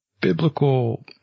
biblical